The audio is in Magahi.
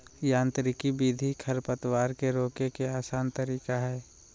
यांत्रिक विधि खरपतवार के रोके के आसन तरीका हइ